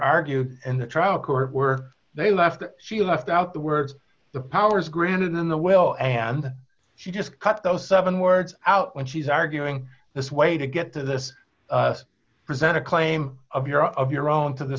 argued in the trial court were they left she left out the words the powers granted in the will and she just cut those seven words out when she's arguing this way to get to this present a claim of your of your own to the